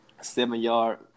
seven-yard